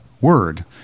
word